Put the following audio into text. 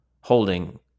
holding